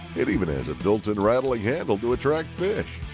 it even has a built-in rattling handle to attract fish!